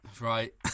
Right